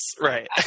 right